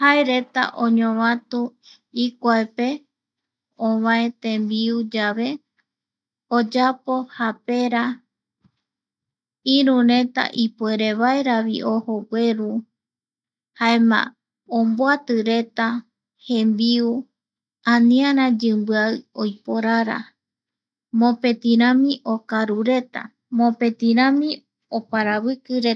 Jaereta oñovatu ikuape ovae tembiu yave oyapo japera. iru reta ipuerevaeravi ojo gueru jaema omboati reta jembiu aniara yimbia oiporara mopetirami okarureta, mopeti rami oparavikireta.